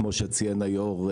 כמו שציין היו"ר?